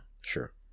sure